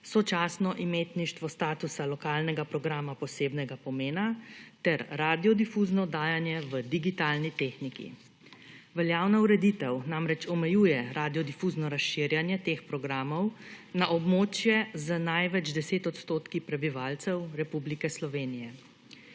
sočasno imetništvo statusa lokalnega programa posebnega pomena ter radiodifuzno oddajanje v digitalni tehniki. Veljavna ureditev namreč omejuje radiodifuzno razširjanje teh programov na območje z največ 10 % prebivalcev Republike Slovenije.